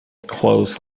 clothes